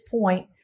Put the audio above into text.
point